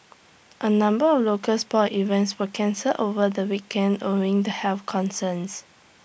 A number of local sports events were cancelled over the weekend owing to health concerns